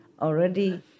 already